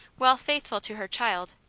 while faithful to her child,